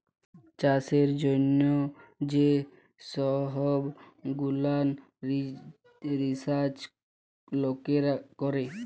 চাষের জ্যনহ যে সহব গুলান রিসাচ লকেরা ক্যরে